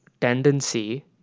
tendency